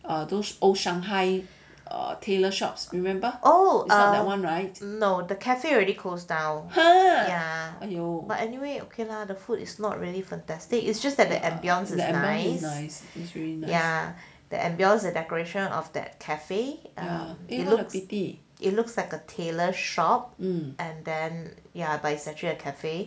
oh now the cafe already closed down her yeah you but anyway okay lah the food is not really fantastic it's just that the ambience yeah the ambience the decoration of that cafe are a lot of pity it looks like a tailor shop and then ya but it is actually a cafe